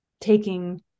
taking